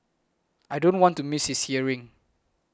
I don't want to miss his hearing